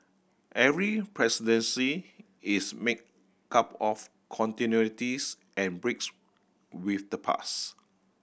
every presidency is made cup of continuities and breaks with the past